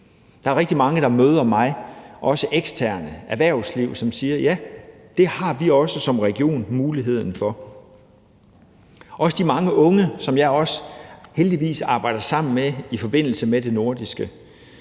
Der er rigtig mange, der møder mig, også eksterne fra erhvervslivet, som siger: Ja, det har vi også som region muligheden for. Det gælder også i forhold til de mange unge, som jeg heldigvis også arbejder sammen med i forbindelse med det nordiske.